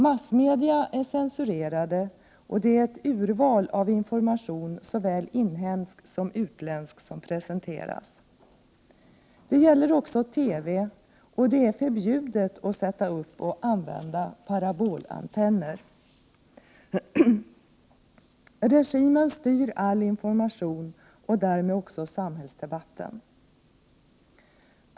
Massmedia är censurerade, och det är ett urval av information, såväl inhemsk som utländsk, som presenteras. Det gäller också TV, och det är förbjudet att sätta upp och använda parabolantenner. Regimen styr all information och därmed också samhällsdebatten.